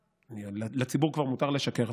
לציבור כבר מותר לשקר,